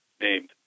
named